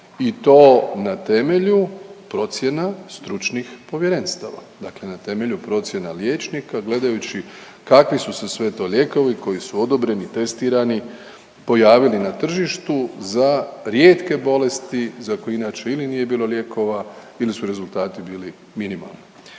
i to na temelju procjena stručnih povjerenstava, dakle na temelju procjena liječnika gledajući kakvi su se sve to lijekovi koji su odobreni testirani pojavili na tržištu za rijetke bolesti za koje inače ili nije bilo lijekova ili su rezultati bili minimalni.